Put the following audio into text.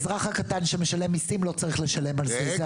האזרח הקטן שמשלם מיסים, לא צריך לשלם על זה.